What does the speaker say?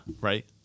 Right